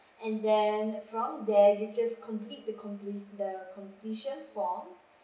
and then from there you just complete the comple~ the completion form